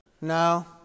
no